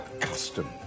custom